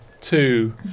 two